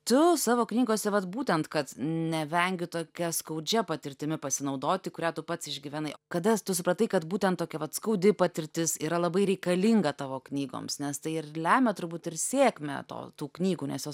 tu savo knygose vat būtent kad nevengi tokia skaudžia patirtimi pasinaudoti kurią tu pats išgyvenai kada tu supratai kad būtent tokia vat skaudi patirtis yra labai reikalinga tavo knygoms nes tai ir lemia turbūt ir sėkmę to tų knygų nes jos